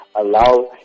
allow